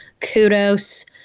kudos